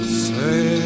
say